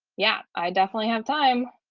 yeah, i definitely have time.